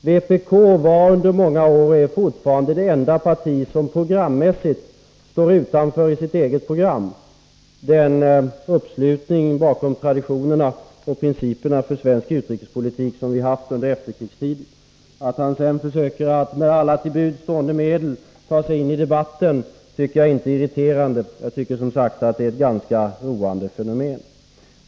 Vpk var under många år och är fortfarande det enda parti som i sitt eget program står utanför den uppslutning bakom de traditioner och principer för svensk utrikespolitik som vi har haft under efterkrigstiden. Att han sedan försöker att med alla till buds stående medel ta sig in i debatten tycker jag inte är irriterande; jag tycker som sagt att det är ett ganska roande fenomen.